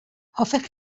hoffech